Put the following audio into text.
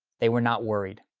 they were not worried.